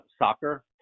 soccer